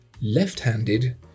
left-handed